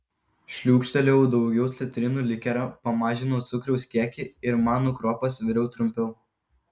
šliūkštelėjau daugiau citrinų likerio pamažinau cukraus kiekį ir manų kruopas viriau trumpiau